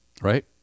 right